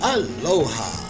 Aloha